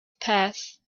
passed